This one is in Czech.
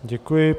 Děkuji.